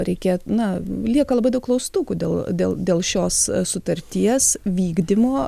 reikia na lieka labai daug klaustukų dėl dėl dėl šios sutarties vykdymo